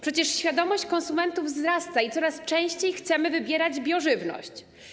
Przecież świadomość konsumentów wzrasta i coraz częściej chcemy wybierać biożywność.